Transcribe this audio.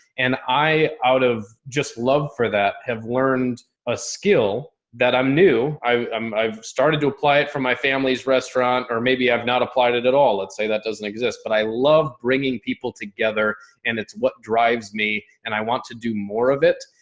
and i out of just love for that have learned a skill that i'm new. i've um i've started to apply it from my family's restaurant or maybe i've not applied it at all. let's say that doesn't exist. but i love bringing people together and it's what drives me and i want to do more of it.